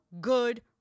good